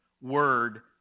word